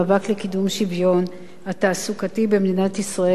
התעסוקתי במדינת ישראל בין נשים לגברים.